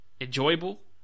enjoyable